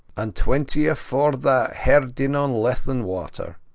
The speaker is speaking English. and twenty afore that herdina on leithen water.